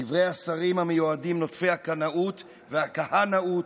דברי השרים המיועדים נוטפי הקנאות והכהנאות,